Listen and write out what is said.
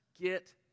Get